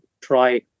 try